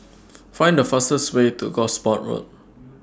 Find The fastest Way to Gosport Road